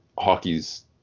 hockey's